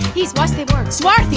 he's mostly suave,